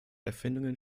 erfindungen